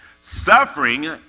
Suffering